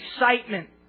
excitement